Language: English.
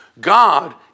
God